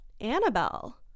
annabelle